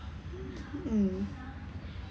mm